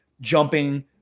jumping